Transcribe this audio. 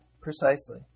precisely